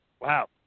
Wow